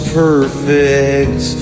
perfect